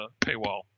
paywall